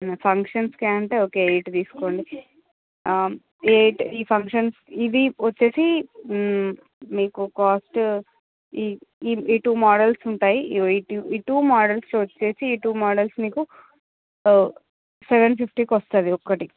ఫంక్షన్స్కే అంటే okay eight తీసుకోండి eight ఈ ఫంక్షన్స్ ఇది వచ్చేసీ మీకు కాస్ట్ ఇ ఇ ఇ టూ మోడల్స్ ఉంటాయి ఇ టూ ఇ టూ మోడల్స్ వచ్చేసి ఇ టూ మోడల్స్ మీకు సెవెన్ ఫిఫ్టీకి వస్తుంది ఒకటి